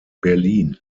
berlin